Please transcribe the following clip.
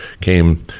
came